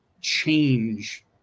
change